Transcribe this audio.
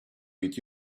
read